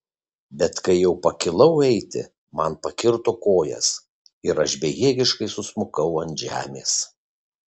bet kai jau pakilau eiti man pakirto kojas ir aš bejėgiškai susmukau ant žemės